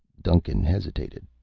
duncan hesitated.